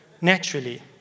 naturally